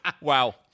Wow